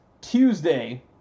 Tuesday